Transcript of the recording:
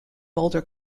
boulder